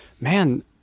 man